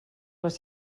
les